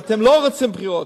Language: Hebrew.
ואתם לא רוצים בחירות.